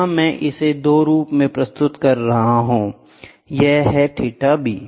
यहां मैं इसे 2 रूप में प्रस्तुत कर रहा हूं यह है थीटा B